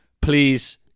Please